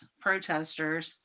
protesters